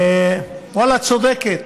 ואללה, צודקת.